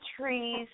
trees